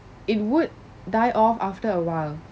it would die off after awhile